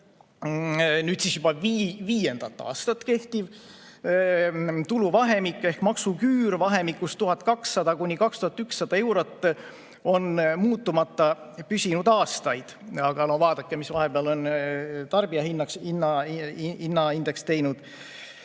nüüd siis juba viiendat aastat kehtiv tuluvahemik ehk maksuküür vahemikus 1200–2100 eurot on muutumata püsinud aastaid. Aga vaadake, mis vahepeal on tarbijahinnaindeks teinud.